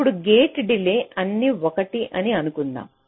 ఇప్పుడు gate delay అన్నీ 1 అని అనుకుందాం